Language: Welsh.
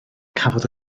cafodd